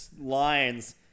lines